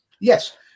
yes